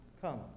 Come